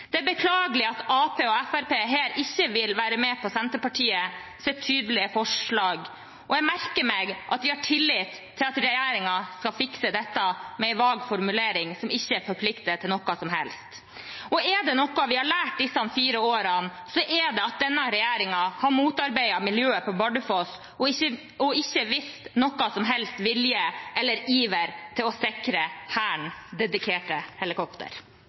Det er beklagelig at Arbeiderpartiet og Fremskrittspartiet her ikke vil være med på Senterpartiets tydelige forslag, og jeg merker meg at de har tillit til at regjeringen skal fikse dette med en vag formulering som ikke forplikter til noe som helst. Er det noe vi har lært disse fire årene, er det at denne regjeringen har motarbeidet miljøet på Bardufoss og ikke vist noen som helst vilje til eller iver etter å sikre Hæren dedikerte